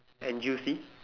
and juicy